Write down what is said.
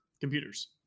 computers